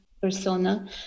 persona